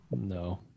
No